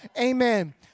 Amen